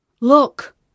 Look